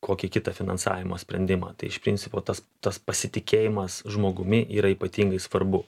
kokį kitą finansavimo sprendimą tai iš principo tas tas pasitikėjimas žmogumi yra ypatingai svarbu